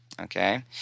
Okay